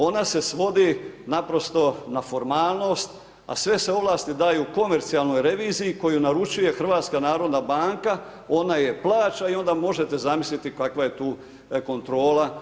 Ona se svodi naprosto na formalnost a sve se ovlasti daju komercijalnoj reviziji koju naručuje HNB, ona je plaća i onda možete zamisliti kakva je tu kontrola.